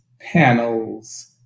panels